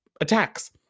attacks